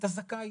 אתה זכאי.